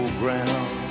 ground